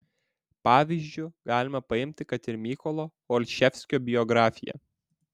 pavyzdžiu galima paimti kad ir mykolo olševskio biografiją